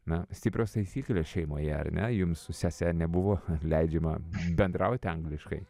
na stiprios taisyklės šeimoje ar ne jums su sese nebuvo leidžiama bendrauti angliškai